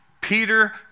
Peter